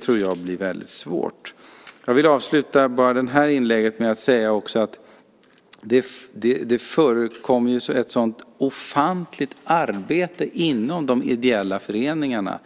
tror jag blir väldigt svårt. Jag vill avsluta det här inlägget med att säga att det förekommer ett ofantligt arbete inom de ideella föreningarna.